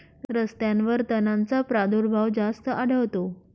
रस्त्यांवर तणांचा प्रादुर्भाव जास्त आढळतो